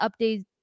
updates